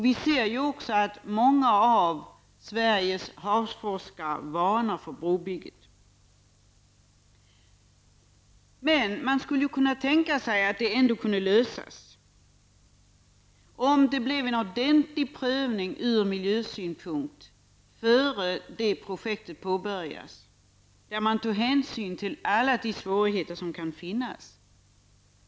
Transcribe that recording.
Vi ser också att många av Sveriges havsforskare varnar för brobygget. Man skulle kunna tänka sig att frågan ändå kunde lösas, om det gjordes en ordentlig prövning ur miljösynpunkt innan projektet påbörjades, där man tog hänsyn till alla de svårigheter som kan finnas.